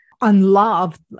unloved